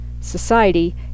society